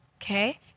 Okay